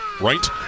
right